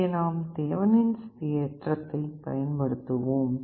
இங்கே நாம் தேவனின்ஸ் தேற்றத்தை பயன்படுத்துவோம்